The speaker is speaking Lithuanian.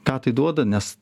ką tai duoda nes